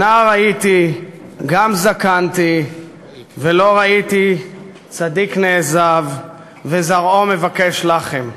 ״נער הייתי גם זקנתי ולא ראיתי צדיק נעזב וזרעו מבקש לחם״.